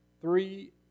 Three